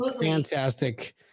Fantastic